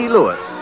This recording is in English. Lewis